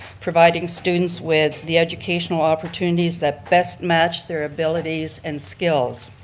providing students with the educational opportunities that best match their abilities and skills.